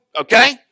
Okay